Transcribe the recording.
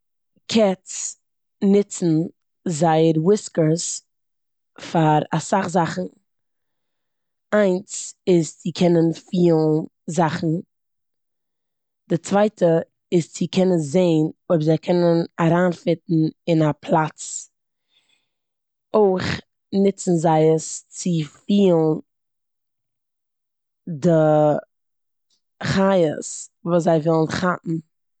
קעץ נוצן זייער וויסקערס פאר אסאך זאכן. איינס איז צו קענען פילן זאכן, די צווייטע איז צו קענען זען אויב זיי קענען אריינפיטן אין א פלאץ. אויך נוצן זיי עס צו פילן די חיות וואס זיי ווילן כאפן.